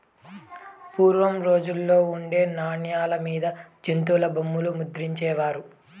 పూర్వం రోజుల్లో ఉండే నాణాల మీద జంతుల బొమ్మలు ముద్రించే వారు